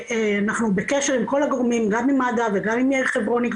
ואנחנו בקשר עם כל הגורמים גם עם מד"א וגם עם יאיר חברוני,